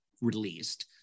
released